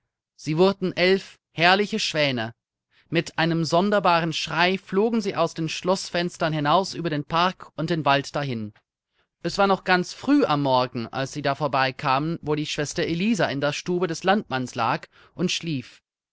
sie wurden elf herrliche schwäne mit einem sonderbaren schrei flogen sie aus den schloßfenstern hinaus über den park und den wald dahin es war noch ganz früh am morgen als sie da vorbei kamen wo die schwester elisa in der stube des landmanns lag und schlief